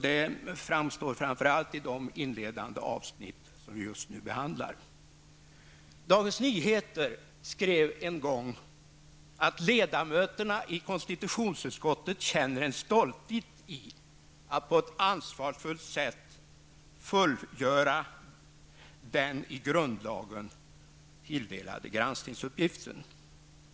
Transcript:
Det framkommer framför allt i de inledande avsnitten som vi just nu behandlar. Dagens Nyheter skrev en gång att ledamöterna i konstitutionsutskottet känner en stolthet över att på ett ansvarsfullt sätt fullgöra den i grundlagen tilldelade granskningsuppgiften.